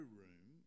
room